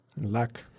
Luck